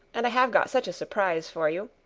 and i have got such a surprise for you.